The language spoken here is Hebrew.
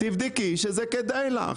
תבדקי שזה כדאי לך.